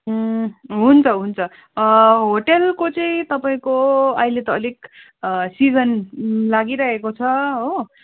हुन्छ हुन्छ होटलको चाहिँ तपाईँको अहिले त अलिक सिजन लागिरहेको छ हो